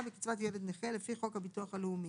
בקצבת "ילד נכה" לפי חוק הביטוח הלאומי,